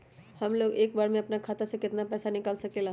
हमलोग एक बार में अपना खाता से केतना पैसा निकाल सकेला?